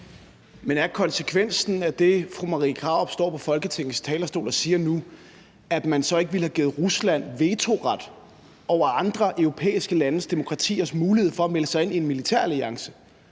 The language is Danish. Men er konsekvensen af det, fru Marie Krarup står på Folketingets talerstol og siger nu, så ikke, at man ville have givet Rusland vetoret over andre europæiske landes, andre demokratiers mulighed for at melde sig ind i en militæralliance?